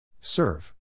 Serve